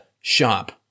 shop